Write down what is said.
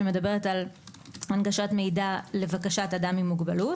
שמדברת על הנגשת מידע לבקשת אדם עם מוגבלות.